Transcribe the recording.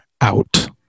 out